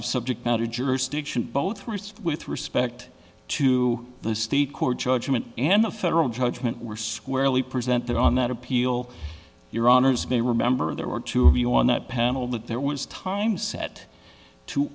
of subject matter jurisdiction both wrists with respect to the state court judgment and the federal judgment were squarely present on that appeal your honour's may remember there were two of you on that panel that there was time set to